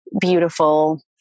beautiful